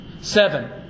Seven